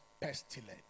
pestilence